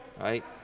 right